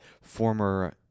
former